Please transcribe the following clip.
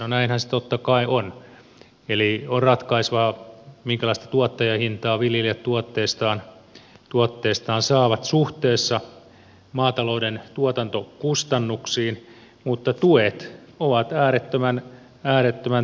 no näinhän se totta kai on eli on ratkaisevaa minkälaista tuottajahintaa viljelijät tuotteistaan saavat suhteessa maatalouden tuotantokustannuksiin mutta tuet ovat äärettömän tärkeät